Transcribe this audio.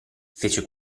fece